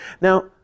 Now